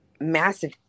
massive